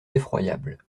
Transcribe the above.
effroyables